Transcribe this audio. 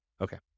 Okay